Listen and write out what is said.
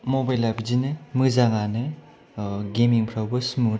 मबाइला बिदिनो मोजांयानो गेमिंफ्रावबो स्मुथ